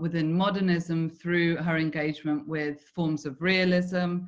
within modernism through her engagement with forms of realism,